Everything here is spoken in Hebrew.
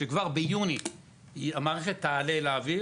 שכבר ביוני היא תעלה לאוויר.